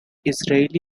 israeli